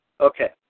Okay